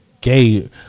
gay